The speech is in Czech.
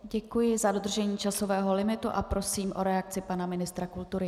Děkuji za dodržení časového limitu a prosím o reakci pana ministra kultury.